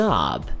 Job